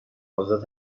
آزاد